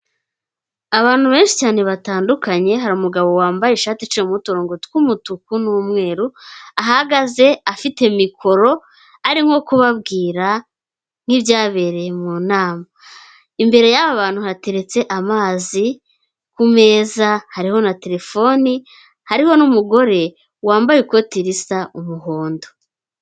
Abantu benshi cyane batandukanye hari umugabo wambaye ishati iciyemo uturongongo tw'umutuku n'umweru, ahagaze afite mikoro ari nko kubabwira nk'ibyabereye mu nama. Imbere y'aba bantu hateretse amazi ku meza hariho na terefoni, hariho n'umugore wambaye ikoti risa umuhondo.